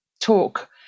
talk